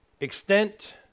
extent